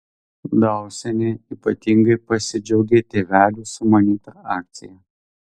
dausienė ypatingai pasidžiaugė tėvelių sumanyta akcija